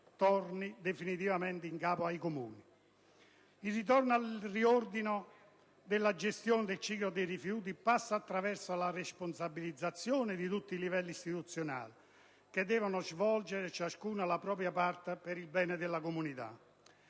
torni definitivamente in capo ai Comuni. Il ritorno all'ordinario nella gestione del ciclo dei rifiuti passa attraverso la responsabilizzazione di tutti i livelli istituzionali, che devono svolgere ciascuno la propria parte per il bene della comunità.